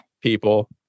people